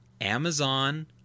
Amazon